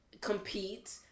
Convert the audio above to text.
compete